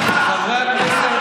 הפסדתם,